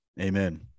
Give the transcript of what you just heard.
Amen